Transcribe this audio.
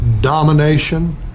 domination